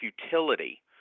futility